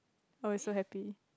I was so happy